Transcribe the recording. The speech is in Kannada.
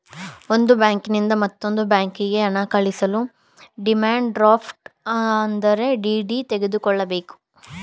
ಒಂದು ಬ್ಯಾಂಕಿನಿಂದ ಮತ್ತೊಂದು ಬ್ಯಾಂಕಿಗೆ ಹಣ ಕಳಿಸಲು ಡಿಮ್ಯಾಂಡ್ ಡ್ರಾಫ್ಟ್ ಅಂದರೆ ಡಿ.ಡಿ ತೆಗೆದುಕೊಳ್ಳಬೇಕು